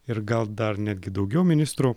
ir gal dar netgi daugiau ministrų